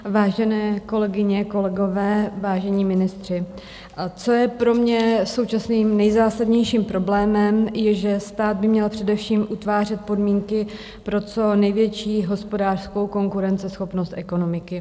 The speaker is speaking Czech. Vážené kolegyně, kolegové, vážení ministři, co je pro mě současným nejzásadnějším problémem, je, že stát by měl především utvářet podmínky pro co největší hospodářskou konkurenceschopnost ekonomiky.